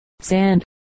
sand